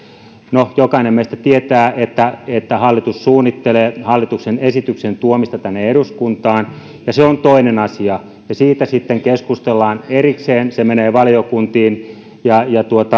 no jokainen meistä tietää että että hallitus suunnittelee hallituksen esityksen tuomista tänne eduskuntaan ja se on toinen asia siitä sitten keskustellaan erikseen se menee valiokuntiin ja